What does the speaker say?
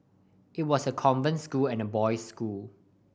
it was a convent school and a boys school